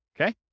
Okay